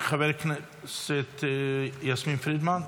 חברת הכנסת יסמין פרידמן?